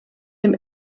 dem